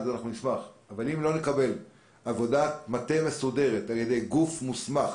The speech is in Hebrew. אנחנו נשמח עבודת מטה מסודרת על ידי גוף מוסמך,